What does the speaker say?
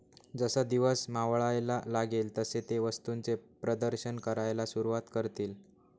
जसा दिवस मावळायला लागेल तसे ते वस्तूंचे प्रदर्शन करायला सुरुवात करतील